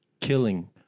killing